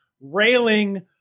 railing